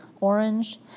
orange